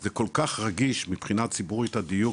זה כל כך רגיש מבחניה ציבורית הדיוק,